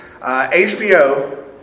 HBO